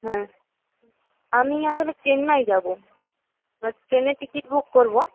হ্যাঁ আমি আসলে চেন্নাই যাবো ট্রেনের টিকিট বুক করবো